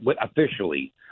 officially